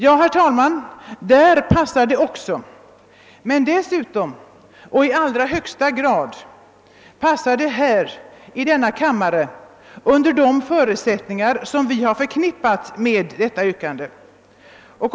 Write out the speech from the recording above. Ja, herr talman, där passar det också, men dessutom och i allra högsta grad passar det här i denna kammare under de förutsättningar som vi har förknippat med yrkandet.